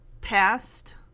past